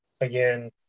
again